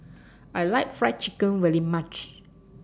I like Fried Chicken very much